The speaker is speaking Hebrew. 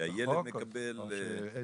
והילד מקבל --- זה בחוק או שזה